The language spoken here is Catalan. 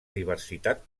diversitat